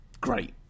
great